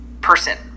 person